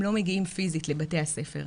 הם לא מגיעים פיזית לבתי הספר,